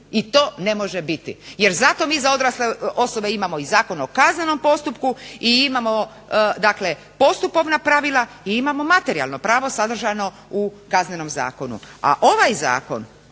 I to ne može biti. Jer zato mi za odrasle osobe imamo i Zakon o kaznenom postupku i imamo postupovna pravila i imamo materijalno pravo sadržano u Kaznenom zakonu.